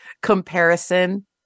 comparison